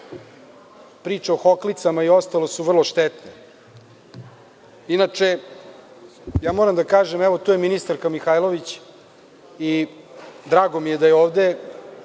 Priča o hoklicama i ostalo su vrlo štetne. Inače, moram da kažem, evo tu je ministarka Mihajlović i drago mi je da je ovde,